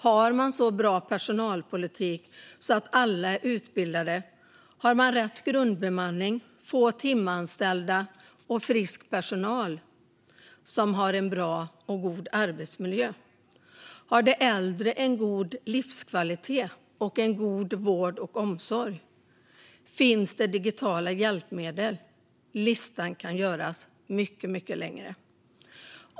Har man så bra personalpolitik så att alla är utbildade? Har man rätt grundbemanning, få timanställda och frisk personal som har en bra arbetsmiljö? Har de äldre en god livskvalitet och en god vård och omsorg? Finns det digitala hjälpmedel? Listan kan göras mycket, mycket längre.